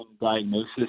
diagnosis